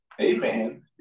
Amen